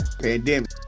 Pandemic